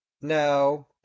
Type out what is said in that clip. No